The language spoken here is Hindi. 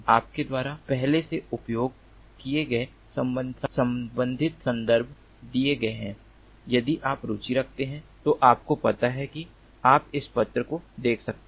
आपके द्वारा पहले से उपयोग किए गए संबंधित संदर्भ दिए गए हैं यदि आप रुचि रखते हैं तो आपको पता है कि आप इस पत्र को देख सकते हैं